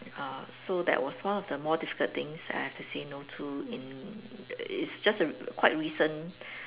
uh so that was one of the more difficult things that I have to say no to in it's just a quite recent